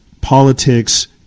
politics